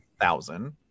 thousand